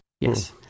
yes